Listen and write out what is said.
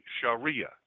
Sharia